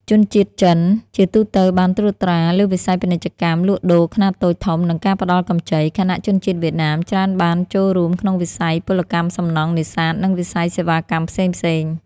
ជនជាតិចិនជាទូទៅបានត្រួតត្រាលើវិស័យពាណិជ្ជកម្មលក់ដូរខ្នាតតូចធំ និងការផ្តល់កម្ចី ខណៈជនជាតិវៀតណាមច្រើនបានចូលរួមក្នុងវិស័យពលកម្មសំណង់ នេសាទ និងវិស័យសេវាកម្មផ្សេងៗ។